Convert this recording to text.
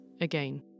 again